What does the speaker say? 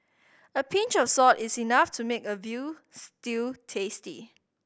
a pinch of salt is enough to make a veal stew tasty